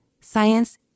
Science